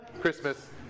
Christmas